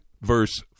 verse